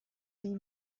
theme